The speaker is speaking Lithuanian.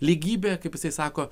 lygybė kaip jisai sako